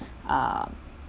uh